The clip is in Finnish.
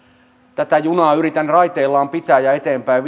tätä junaa yritän raiteillaan pitää ja eteenpäin